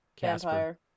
vampire